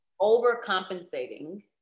overcompensating